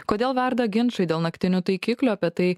kodėl verda ginčai dėl naktinių taikiklių apie tai